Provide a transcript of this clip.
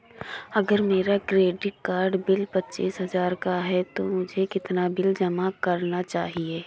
अगर मेरा credit card bill पच्चीस हजार का है तो मुझे कितना बिल जमा करना चाहिए?